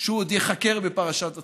שהוא עוד ייחקר בפרשת הצוללות,